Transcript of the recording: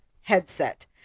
headset